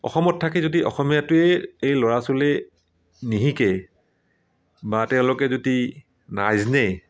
অসমত থাকি যদি অসমীয়াটোৱেই এই ল'ৰা ছোৱালী নিশিকে বা তেওঁলোকে যদি নাজানে